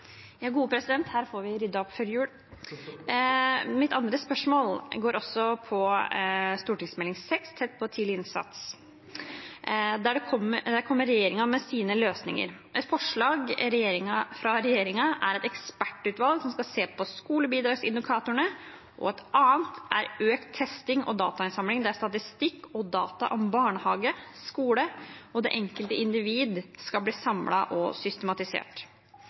kommer regjeringen med sine løsninger. Et forslag fra regjeringa er et ekspertutvalg som skal se på skolebidragsindikatorene, og et annet er økt testing og datainnsamling der statistikk og data om barnehage, skole og det enkelte individ skal bli samlet og systematisert.